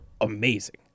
amazing